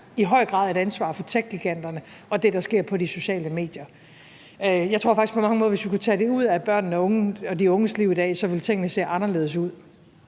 i høj grad et ansvar for techgiganterne i forhold til det, der sker på de sociale medier. Jeg tror faktisk, at det på mange måder, hvis vi kunne tage det ud af børnene og de unges liv i dag, ville få tingene til at se anderledes ud.